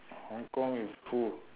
hong kong with who